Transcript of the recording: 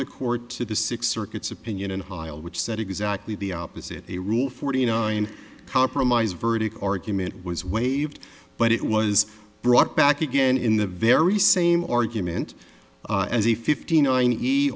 the court to the six circuits opinion and while which said exactly the opposite the rule forty nine compromise verdict argument was waived but it was brought back again in the very same argument as a fifty nine e